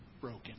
broken